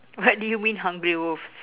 what do you mean hungry wolves